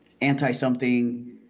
anti-something